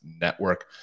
network